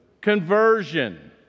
conversion